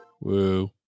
Woo